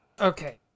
Okay